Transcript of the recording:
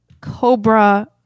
Cobra